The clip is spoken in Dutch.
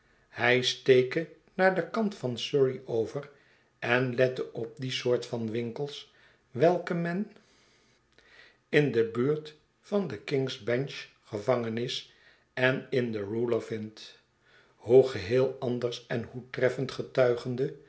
hij steke naar den kant van surrey over en lette op die soort van winkels welke men in de buurt van de king's bench gevangenis en in the ruler vindt hoegeheel andei's en hoe treffend getuigende